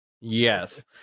yes